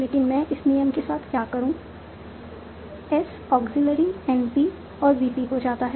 लेकिन मैं इस नियम के साथ क्या करूं S ऑग्ज़ीलियरी NP और VP को जाता है